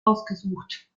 ausgesucht